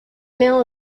mill